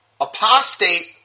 apostate